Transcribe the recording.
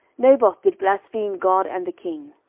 naboth did blaspheme god and the king.